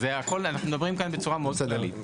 והכל אנחנו מדברים כאן בצורה מאוד כללית.